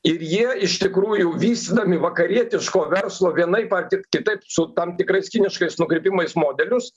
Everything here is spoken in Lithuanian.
ir jie iš tikrųjų vystydami vakarietiško verslo vienaip ar kitaip su tam tikrais kiniškais nukrypimais modelius